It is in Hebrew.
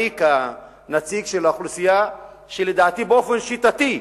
אני, כנציג של אוכלוסייה שלדעתי באופן שיטתי,